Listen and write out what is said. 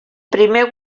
primer